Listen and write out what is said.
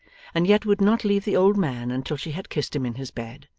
and yet would not leave the old man until she had kissed him in his bed.